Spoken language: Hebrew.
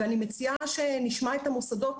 ואני מציעה שנשמע את המוסדות,